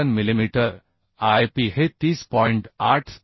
Newton millimetre Ip हे 30